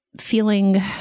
feeling